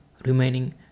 remaining